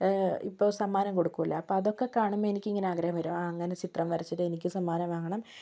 ഇപ്പോൾ സമ്മാനം കൊടുക്കുമല്ലോ അപ്പോൾ അതൊക്കെ കാണുമ്പോൾ എനിക്കിങ്ങനെ ആഗ്രഹം വരും ആ അങ്ങനെ ചിത്രം വരച്ചിട്ട് എനിക്കും സമ്മാനം വാങ്ങണം